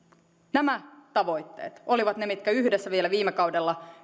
nämä tavoitteet olivat ne mitkä vielä yhdessä viime kaudella